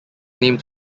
named